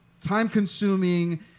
time-consuming